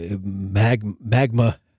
Magma